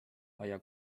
aia